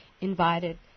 invited